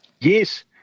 Yes